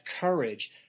courage